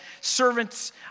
Servants